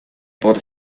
por